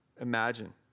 Imagine